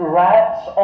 rats